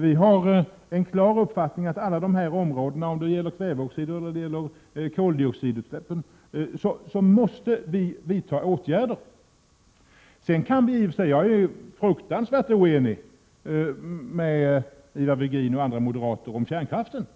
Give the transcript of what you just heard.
Vi har en klar uppfattning om att man måste vidta åtgärder på alla dessa områden — när det gäller både kväveoxidutsläppen och koldioxidutsläppen. Sedan kan man i och för sig vara oense. Jag är fruktansvärt oense med Ivar Virgin och andra moderater om kärnkraften.